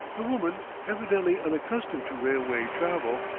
the woman, evidently unaccustomed to railway travel,